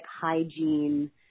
hygiene